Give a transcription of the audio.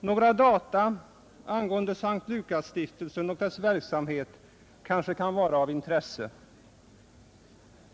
Några data angående S:t Lukasstiftelsen och dess verksamhet kanske kan vara av intresse.